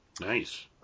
Nice